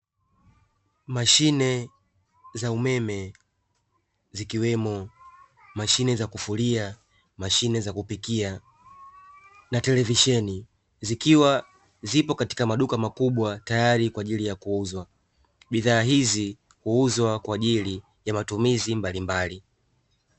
Mashine za umeme, zikiwemo; mashine za kufulia, mashine za kupikia na televisheni, zikiwa zipo katika maduka makubwa tayari kwa ajili ya kuuzwa. Bidhaa hizi huuzwa kwa ajili ya matumizi mbalimbali.